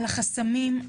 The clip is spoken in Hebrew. החסמים,